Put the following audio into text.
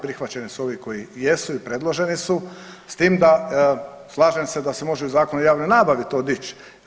Prihvaćene su ove koje jesu i predloženi su s tim da slažem se da se može i u Zakonu o javnoj nabavi to dići.